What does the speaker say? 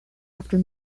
after